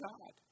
God